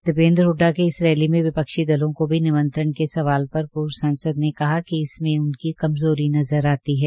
दीपेन्द्र हुड्डा के इस रैली में विपक्षी दलों को भी निमंत्रण के सवाल पर पूर्व सांसद ने कहा कि इसमें उनकी कमजोरी नजर आती है